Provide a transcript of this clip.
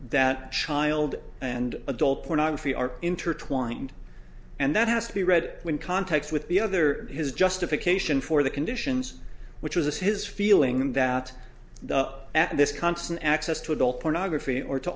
that child and adult pornography are intertwined and that has to be read in context with the other his justification for the conditions which was his feeling that this constant access to adult pornography or to